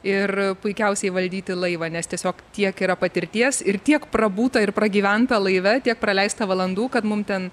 ir puikiausiai valdyti laivą nes tiesiog tiek yra patirties ir tiek prabūta ir pragyventa laive tiek praleista valandų kad mum ten